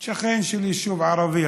הוא שכן של יישוב ערבי,